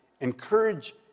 encourage